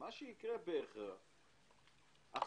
מה שיקרה בהכרח זה שהחלש,